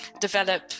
develop